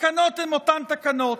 התקנות הן אותן תקנות,